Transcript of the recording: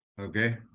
Okay